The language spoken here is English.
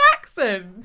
accent